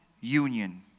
union